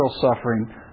suffering